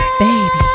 baby